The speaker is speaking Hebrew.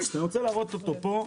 אני רוצה להראות לכם פה,